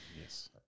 Yes